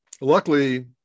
luckily